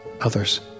others